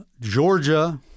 Georgia